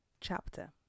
Chapter